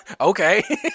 Okay